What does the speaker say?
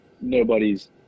nobody's